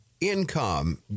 income